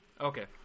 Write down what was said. Okay